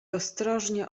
ostrożnie